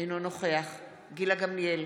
אינו נוכח גילה גמליאל,